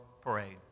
parade